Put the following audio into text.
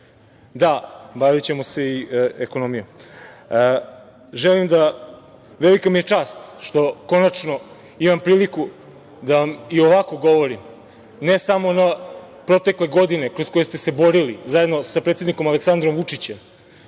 dom. Poštovani gospodine ministre, velika mi je čast što konačno imam priliku da vam i ovako govorim, ne samo o proteklim godinama kroz koje ste se borili zajedno sa predsednikom Aleksandrom Vučićem